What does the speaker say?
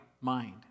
mind